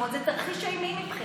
זה תרחיש אימים מבחינתי.